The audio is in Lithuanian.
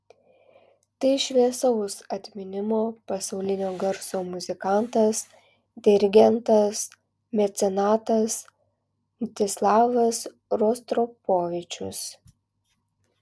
tai šviesaus atminimo pasaulinio garso muzikantas dirigentas mecenatas mstislavas rostropovičius